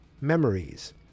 memories